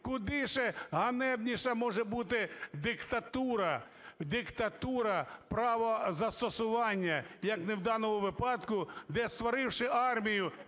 Куди ще ганебніша може бути диктатура, диктатура правозастосування, як не в даному випадку, де, створивши армію,